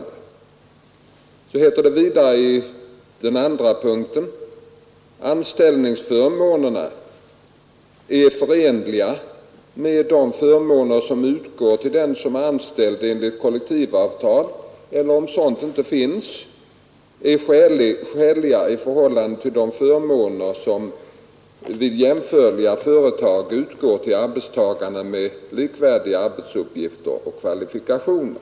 I andra punkten sägs det vidare att arbetet skall anses lämpligt om ”anställningsförmånerna är förenliga med de förmåner som utgår till den som är anställd enligt kollektivavtal eller, om sådant ej finnes, är skäliga i förhållande till de förmåner som vid jämförliga företag utgår till arbetstagare med likvärdiga arbetsuppgifter och kvalifikationer”.